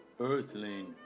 earthling